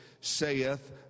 saith